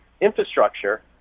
infrastructure